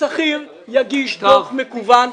השכיר יגיש דוח מקוון,